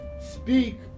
speak